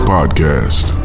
Podcast